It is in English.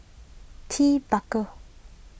Ted Baker